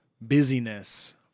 busyness